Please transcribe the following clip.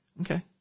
Okay